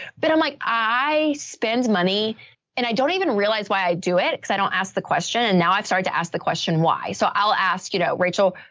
but i'm like, i spend money and i don't even realize why i do it because i don't ask the question. and now i've started to ask the question. why, so i'll ask you now, rachel,